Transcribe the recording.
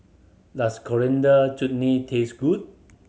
does Coriander Chutney taste good